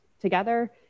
together